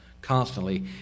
constantly